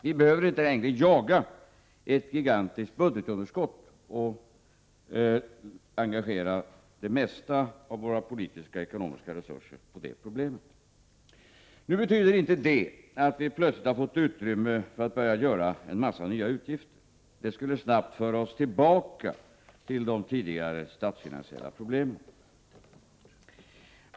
Vi behöver inte längre jaga ett gigantiskt budgetunderskott och engagera det mesta av våra politiska och ekonomiska resurser för det problemet. Nu betyder inte det att vi plötsligt har fått utrymme för att börja göra en massa nya utgifter. Det skulle snabbt föra oss tillbaka till de tidigare statsfinansiella problemen.